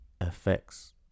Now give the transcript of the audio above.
effects